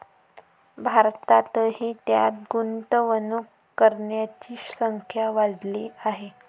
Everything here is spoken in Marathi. भारतातही त्यात गुंतवणूक करणाऱ्यांची संख्या वाढली आहे